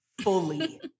fully